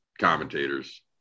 commentators